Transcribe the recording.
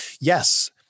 yes